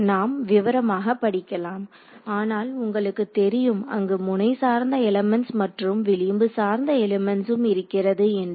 நாம் விவரமாக படிக்கலாம் ஆனால் உங்களுக்குத் தெரியும் அங்கு முனை சார்ந்த எலிமெண்ட்ஸ் மற்றும் விளிம்பு சார்ந்த எலிமெண்ட்ஸ்ம் இருக்கிறது என்று